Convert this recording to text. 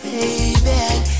Baby